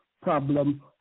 problem